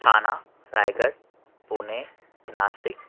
Thane Raigad Pune Nashik